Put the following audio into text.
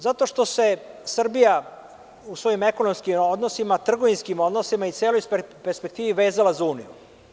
Zato što se Srbija u svojim ekonomskim odnosima, trgovinskim odnosima i celoj perspektivi vezala za uniju.